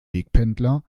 wegpendler